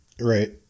Right